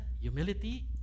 humility